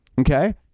okay